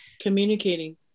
Communicating